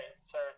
sir